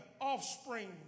offspring